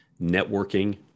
networking